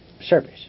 service